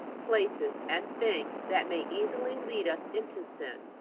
places, and things that may easily lead us into sin.